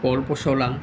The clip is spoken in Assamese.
কল পচলা